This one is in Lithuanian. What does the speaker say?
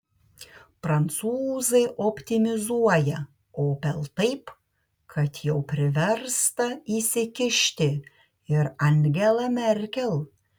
prancūzai optimizuoja opel taip kad jau priversta įsikišti ir angela merkel